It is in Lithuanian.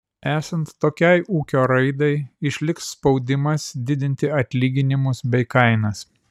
esant tokiai ūkio raidai išliks spaudimas didinti atlyginimus bei kainas